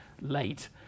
late